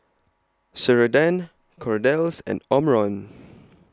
Ceradan Kordel's and Omron